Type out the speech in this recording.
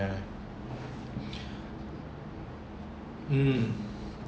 uh mm